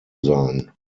sein